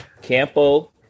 Campo